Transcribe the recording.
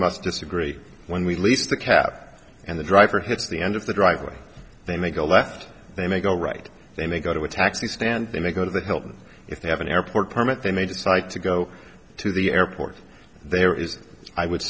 must disagree when we lease the cab and the driver hits the end of the driveway they make a left they may go right they may go to a taxi stand they may go to the hilton if they have an airport permit they may decide to go to the airport there is i would